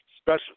special